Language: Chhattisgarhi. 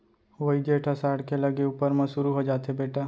वोइ जेठ असाढ़ के लगे ऊपर म सुरू हो जाथे बेटा